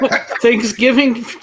Thanksgiving